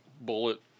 bullet